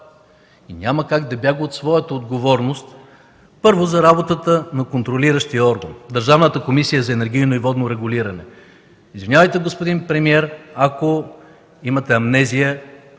и няма как да бяга от своята отговорност, първо, за работата на контролиращия орган – Държавната комисия за енергийно и водно регулиране. Извинявайте, господин премиер, ако имате амнезия,